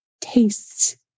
tastes